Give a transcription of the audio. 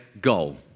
goal